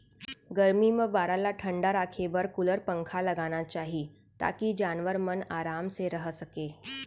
गरमी म बाड़ा ल ठंडा राखे बर कूलर, पंखा लगाना चाही ताकि जानवर मन आराम से रह सकें